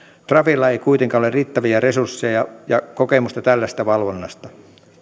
trafilla ei kuitenkaan ole riittäviä resursseja ja kokemusta tällaisesta valvonnasta